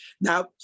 Now